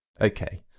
Okay